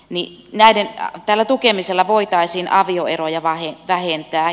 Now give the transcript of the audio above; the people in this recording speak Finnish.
niihin nähden ja tällä tukemisella voitaisiin avioeroja vähentää